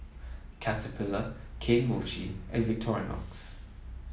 Caterpillar Kane Mochi and Victorinox